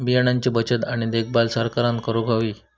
बियाणांची बचत आणि देखभाल सरकारना करूक हवी